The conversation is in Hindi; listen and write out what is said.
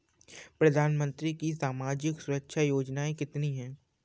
प्रधानमंत्री की सामाजिक सुरक्षा योजनाएँ कितनी हैं?